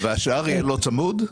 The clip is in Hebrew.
והשאר יהיה לא צמוד?